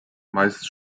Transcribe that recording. meist